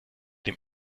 dem